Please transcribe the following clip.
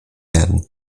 werden